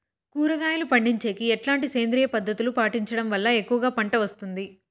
కూరగాయలు పండించేకి ఎట్లాంటి సేంద్రియ పద్ధతులు పాటించడం వల్ల ఎక్కువగా పంట వస్తుంది?